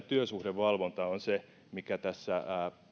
työsuhdevalvonta on se mikä tässä